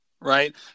Right